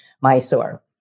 Mysore